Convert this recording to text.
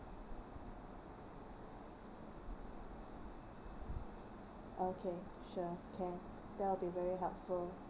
okay sure can that would be very helpful